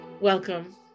Welcome